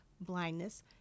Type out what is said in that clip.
blindness